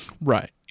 Right